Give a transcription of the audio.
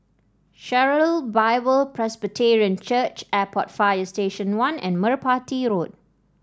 Sharon Bible Presbyterian Church Airport Fire Station One and Merpati Road